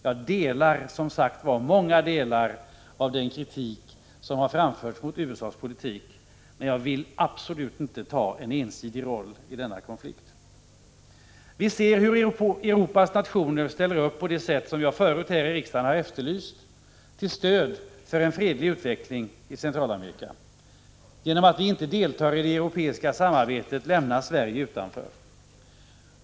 Jag delar som sagt i många avseenden den kritik som har framförts mot USA:s politik, men jag vill absolut inte ta ensidig ställning i den här konflikten. Vi ser hur Europas nationer ställer upp på det sätt som jag förut här i riksdagen har efterlyst till stöd för en fredlig utveckling i Centralamerika. Genom att vi inte deltar i det europeiska samarbetet lämnas Sverige utanför.